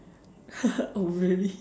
oh really